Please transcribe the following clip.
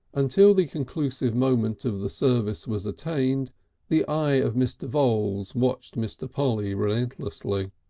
until the conclusive moment of the service was attained the eye of mr. voules watched mr. polly relentlessly,